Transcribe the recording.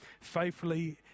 faithfully